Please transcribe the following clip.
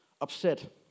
upset